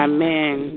Amen